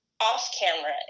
off-camera